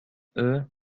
eux